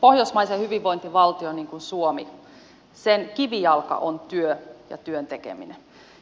pohjoismaisen hyvinvointivaltion niin kuin suomen kivijalka on työ ja työn tekeminen